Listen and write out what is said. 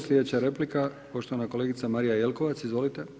Sljedeća replika poštovana kolegica Marija Jelkovac, izvolite.